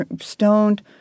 stoned